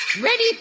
Ready